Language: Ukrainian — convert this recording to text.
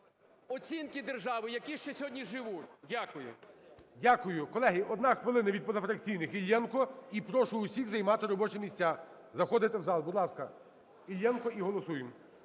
оцінки держави, які ще сьогодні живуть. Дякую. ГОЛОВУЮЧИЙ. Дякую. Колеги, одна хвилина від позафракційних. Іллєнко. І прошу усіх займати робочі місця, заходити в зал. Будь ласка, Іллєнко. І голосуємо.